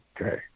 Okay